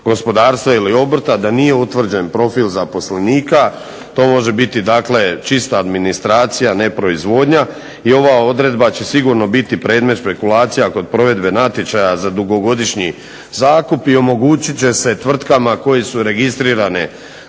gospodarstva ili obrta da nije utvrđen profil zaposlenika. To može biti dakle čista administracija ne proizvodnja. I ova odredba će sigurno biti predmet špekulacija kod provedbe natječaja za dugogodišnji zakup i omogućit će se tvrtkama koje su registrirane